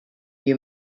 you